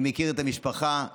אני מכיר את המשפחה,